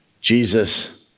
Jesus